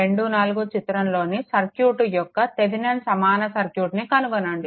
24 చిత్రంలోని సర్క్యూట్ యొక్క థెవెనిన్ సమాన సర్క్యూట్ని కనుగొనండి